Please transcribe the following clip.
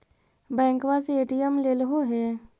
बैंकवा से ए.टी.एम लेलहो है?